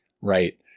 right